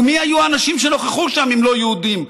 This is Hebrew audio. ומי היו האנשים שנוכחו שם אם לא יהודים?